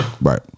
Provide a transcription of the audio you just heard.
Right